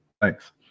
thanks